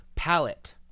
Palette